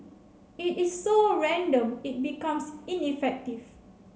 it is so random it becomes ineffective